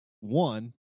one